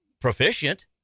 proficient